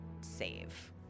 save